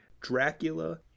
Dracula